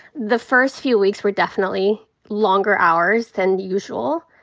the first few weeks were definitely longer hours than usual.